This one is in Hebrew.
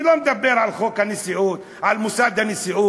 אני לא מדבר על חוק הנשיאות, על מוסד הנשיאות,